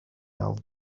ail